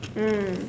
mm